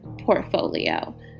portfolio